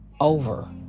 over